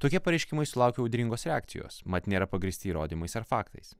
tokie pareiškimai sulaukė audringos reakcijos mat nėra pagrįsti įrodymais ar faktais